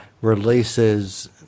releases